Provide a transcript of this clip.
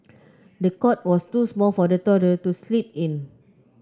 the cot was too small for the toddler to sleep in